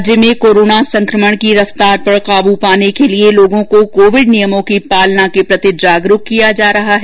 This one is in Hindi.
राज्य में कोरोना संकमण की रफ्तार पर काब्र पाने के लिये लोगों को कोविड़ नियमों की पालना के प्रति जागरूक किया जा रहा है